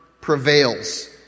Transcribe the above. prevails